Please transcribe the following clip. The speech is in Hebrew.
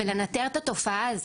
ולנטר את התופעה הזאת.